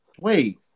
Wait